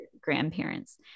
grandparents